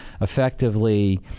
Effectively